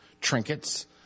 trinkets